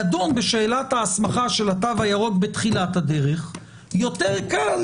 לדון בשאלת ההסמכה של התו הירוק בתחילת הדרך יותר קל